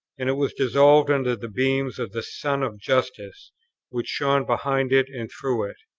and it was dissolving under the beams of the sun of justice which shone behind it and through it.